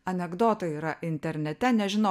anekdotai yra internete nežinau